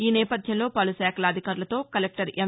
ఈ నేపథ్యంలో పలు శాఖల అధికారులతో కలెక్లర్ ఎం